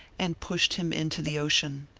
and pushed him into the ocean.